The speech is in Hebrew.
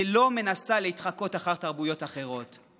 שלא מנסה לחקות תרבויות אחרות,